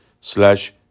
slash